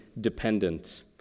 dependent